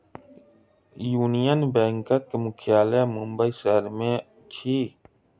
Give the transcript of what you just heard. union बैंकक मुख्यालय मुंबई शहर में अछि